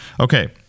Okay